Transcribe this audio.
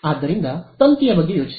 ಆದ್ದರಿಂದ ತಂತಿಯ ಬಗ್ಗೆ ಯೋಚಿಸಿ